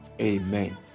Amen